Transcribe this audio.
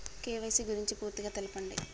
KYC గురించి పూర్తిగా తెలపండి?